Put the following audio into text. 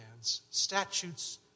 statutes